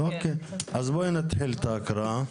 אוקיי, אז בואי נתחיל את ההקראה.